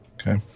Okay